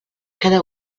cada